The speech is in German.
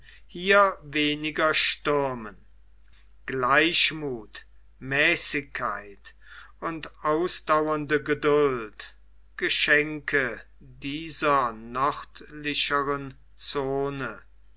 hier weniger stürmen gleichmuth mäßigkeit und ausdauernde geduld geschenke dieser nördlichern zone